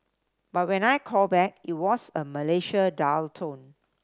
but when I called back it was a Malaysia dial tone